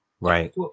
right